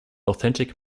authentic